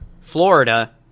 Florida